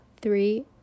three